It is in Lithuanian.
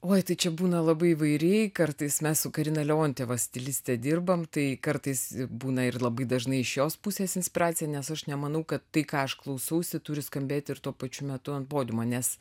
oi tai čia būna labai įvairiai kartais mes su karina leontjeva stiliste dirbam tai kartais būna ir labai dažnai iš jos pusės inspiracija nes aš nemanau kad tai ką aš klausausi turi skambėti ir tuo pačiu metu ant podiumo nes